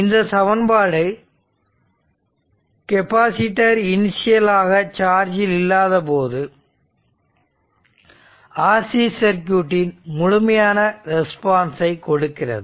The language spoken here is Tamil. இந்த சமன்பாடு கெபாசிட்டர் இனிஷியல் ஆக சார்ஜில் இல்லாதபோது RC சர்க்யூட்டின் முழுமையான ரெஸ்பான்ஸை கொடுக்கிறது